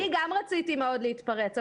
אני גם רציתי מאוד להתפרץ.